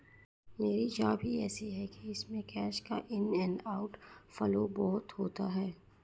मेरी जॉब ही ऐसी है कि इसमें कैश का इन एंड आउट फ्लो बहुत होता है